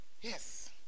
Yes